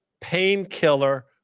painkiller